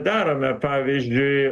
darome pavyzdžiui